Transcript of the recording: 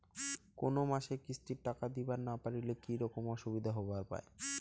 কোনো মাসে কিস্তির টাকা দিবার না পারিলে কি রকম অসুবিধা হবার পায়?